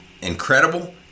incredible